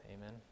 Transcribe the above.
Amen